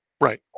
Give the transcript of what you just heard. right